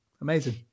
Amazing